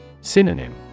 Synonym